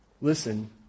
Listen